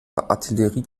artillerie